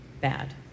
bad